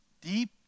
Deep